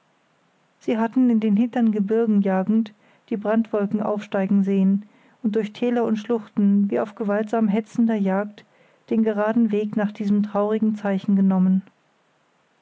sie hatten in den hintern gebirgen jagend die brandwolken aufsteigen sehen und durch täler und schluchten wie auf gewaltsam hetzender jagd den geraden weg nach diesem traurigen zeichen genommen